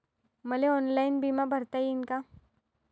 मले ऑनलाईन बिमा भरता येईन का?